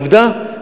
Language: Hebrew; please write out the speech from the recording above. עובדה,